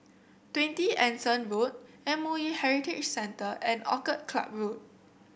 Twenty Anson Road M O E Heritage Centre and Orchid Club Road